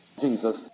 Jesus